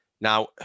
Now